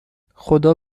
خدا